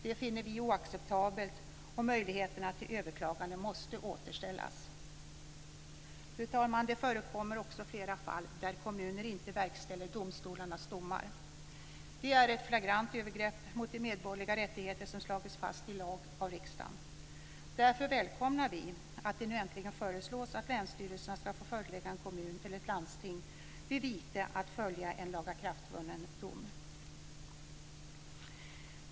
Detta finner vi oacceptabelt och möjligheterna till överklagande måste återställas. Fru talman! Det förekommer också flera fall där kommuner inte verkställer domstolarnas domar. Det är ett flagrant övergrepp mot de medborgerliga rättigheter som slagits fast i lag av riksdagen. Därför välkomnar vi att det nu äntligen föreslås att länsstyrelserna ska få förelägga en kommun eller ett landsting vid vite att följa en lagakraftvunnen dom.